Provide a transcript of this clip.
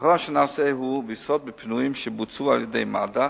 וכל אשר נעשה הוא ויסות בפינויים שבוצעו על-ידי מד"א,